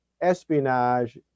espionage